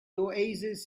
oasis